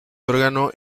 órgano